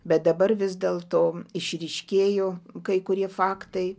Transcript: bet dabar vis dėl to išryškėjo kai kurie faktai